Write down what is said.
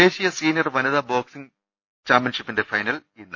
ദേശീയ സീനിയർ വനിതാ ബോക്സിങ് ചാമ്പ്യൻഷിപ്പിന്റെ ഫൈനൽ ഇന്ന്